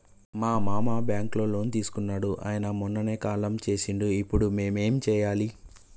మా మామ బ్యాంక్ లో లోన్ తీసుకున్నడు అయిన మొన్ననే కాలం చేసిండు ఇప్పుడు మేం ఏం చేయాలి?